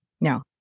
No